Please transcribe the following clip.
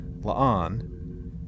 La'an